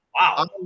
Wow